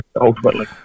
ultimately